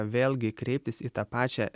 vėlgi kreiptis į tą pačią